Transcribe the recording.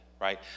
Right